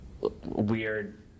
weird